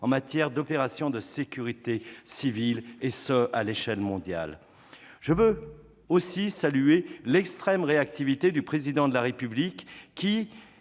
en matière d'opération de sécurité civile, et ce à l'échelle mondiale ! Je veux saluer aussi l'extrême réactivité du Président de la République,